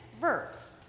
verbs